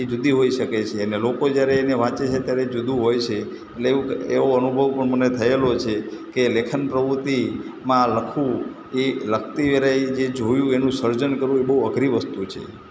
એ જુદી હોઈ શકે છે અને લોકો જ્યારે એને વાંચે છે ત્યારે જુદું હોય છે એટલે એવું ક એવો અનુભવ પણ મને થયેલો છે કે લેખન પ્રવૃત્તિમાં લખવું એ લખતી વેળાએ જે જોયું એનું સર્જન કરવું એ બહુ અઘરી વસ્તુ છે